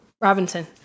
Robinson